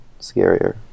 scarier